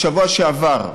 בשבוע שעבר,